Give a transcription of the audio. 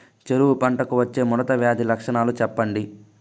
చెరుకు పంటకు వచ్చే ముడత వ్యాధి లక్షణాలు చెప్పండి?